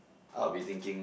I will be thinking